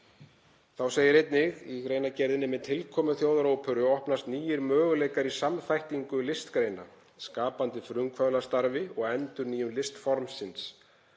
Þá segir einnig í greinargerðinni: „Með tilkomu Þjóðaróperu opnast nýir möguleikar í samþættingu listgreina, skapandi frumkvöðlastarfi og endurnýjun listformsins.